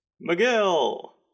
Miguel